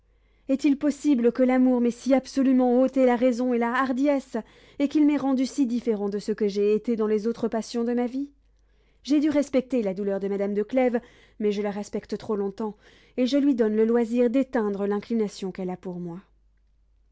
est-il possible que l'amour m'ait si absolument ôté la raison et la hardiesse et qu'il m'ait rendu si différent de ce que j'ai été dans les autres passions de ma vie j'ai dû respecter la douleur de madame de clèves mais je la respecte trop longtemps et je lui donne le loisir d'éteindre l'inclination qu'elle a pour moi